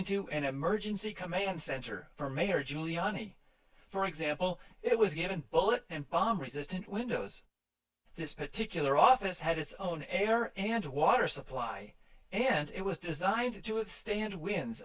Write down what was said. into an emergency command center for mayor giuliani for example it was given bullet and bomb resistant windows this particular office had its own air and water supply and it was designed to withstand win